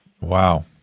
Wow